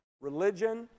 religion